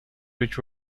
which